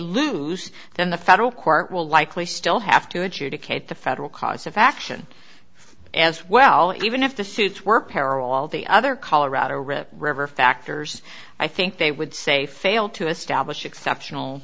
lose then the federal court will likely still have to adjudicate the federal cause of action as well even if the suits were peril all the other colorado red river factors i think they would say fail to establish exceptional